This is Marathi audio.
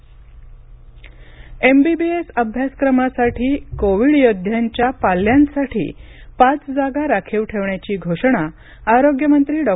एमबीबीएस राखीव जागा एमबीबीएस अभ्यासक्रमासाठी कोविड योद्ध्यांच्या पाल्यांसाठी पाच जागा राखीव ठेवण्याची घोषणा आरोग्यमंत्री डॉ